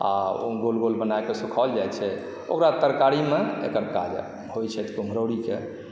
आओर ओ गोल गोल बनाकऽ सुखौल जाइत छै ओकरा तरकारीमे एकर काज आयल होइ छै कुम्हरौड़ीके